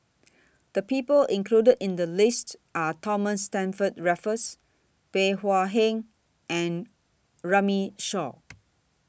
The People included in The list Are Thomas Stamford Raffles Bey Hua Heng and Runme Shaw